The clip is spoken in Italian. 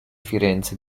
firenze